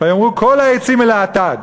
ויאמרו כל העצים אל האטד,